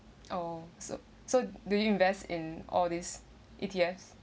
oh so so do you invest in all these E_T_S